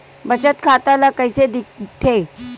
बचत खाता ला कइसे दिखथे?